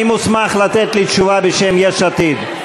מי מוסמך לתת לי תשובה בשם יש עתיד?